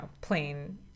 plain